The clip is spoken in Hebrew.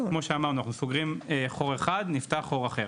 כמו שאמרנו, אנחנו סוגרים חור אחד ונפתח חור אחד.